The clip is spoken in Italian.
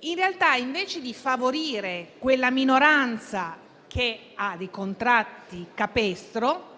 in realtà, invece di favorire la minoranza che ha dei contratti capestro,